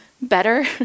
better